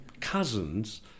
cousins